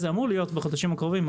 אמור להיות בחודשים הקרובים,